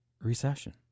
recession